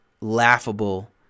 laughable